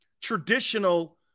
traditional